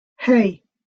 hey